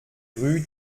rue